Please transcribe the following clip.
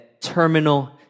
terminal